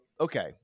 okay